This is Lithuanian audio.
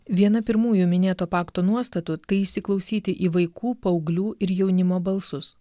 viena pirmųjų minėto pakto nuostatų tai įsiklausyti į vaikų paauglių ir į jaunimo balsus